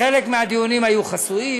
חלק מהדיונים היו חסויים,